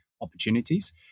opportunities